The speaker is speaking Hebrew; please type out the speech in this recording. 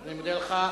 אני מודה לך.